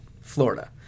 Florida